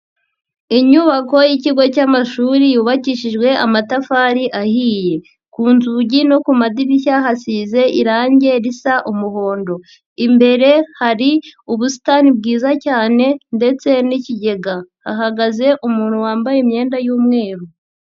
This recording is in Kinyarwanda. Inyubako y'ikigo cy'amashuri yubakishijwe amatafari ahiye, ku nzugi no ku madirishya hasize irangi risa umuhondo, imbere hari ubusitani bwiza cyane ndetse n'ikigega hagaze umuntu wambaye imyenda y'umweru.